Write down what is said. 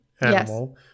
animal